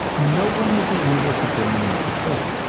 no one will be able to burn me at the stake,